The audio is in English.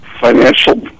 financial